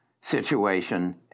situation